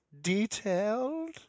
detailed